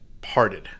parted